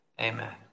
amen